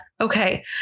Okay